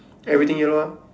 everything yellow ah